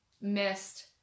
missed